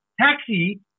taxi